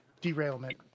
derailment